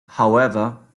however